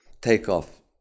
takeoff